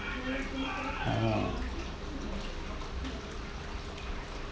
ah